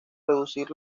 reducir